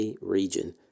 region